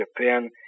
Japan